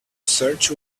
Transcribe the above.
search